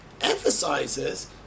emphasizes